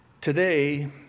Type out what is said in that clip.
Today